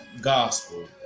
gospel